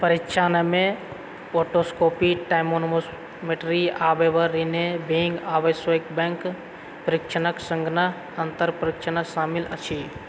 परीक्षणमे otoscopy tympanometry आ Weber Rinne Bing आ Schwabach परीक्षणक सङ्ग अन्तर परीक्षण शामिल अछि